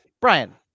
Brian